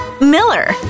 Miller